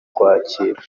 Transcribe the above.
ukwakira